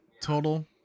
total